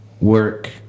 work